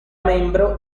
membro